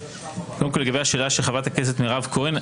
קודם כל לגבי השאלה של חברת הכנסת מירב כהן,